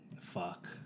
fuck